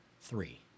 three